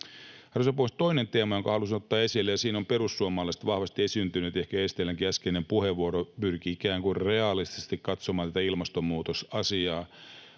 Arvoisa puhemies! Toinen teema, jonka halusin ottaa esille — siinä ovat perussuomalaiset vahvasti esiintyneet, ehkä Eestilänkin äskeinen puheenvuoro pyrki ikään kuin realistisesti katsomaan sitä — on tämä ilmastonmuutosasia.